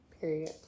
Period